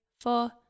four